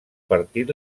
partit